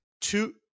two